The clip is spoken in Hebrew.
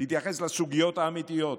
תתייחס לסוגיות האמיתיות.